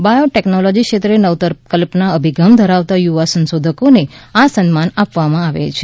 biotechnology ક્ષેત્રે નવતર કલ્પના અભિગમ ધરાવતા યુવા સંશોધકોને આ સન્માન આપવામાં આવે છે